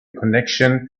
connection